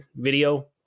video